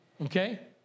Okay